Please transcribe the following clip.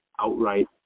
outright